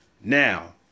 Now